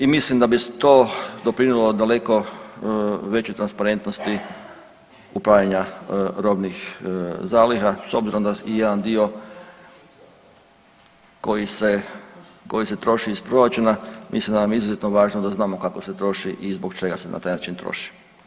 I mislim da bi to doprinijelo daleko većoj transparentnosti upravljanja robnih zaliha s obzirom da jedan dio koji se troši iz proračuna, mislim da nam je izuzetno važno da znamo kako se troši i zbog čega se na taj način troši.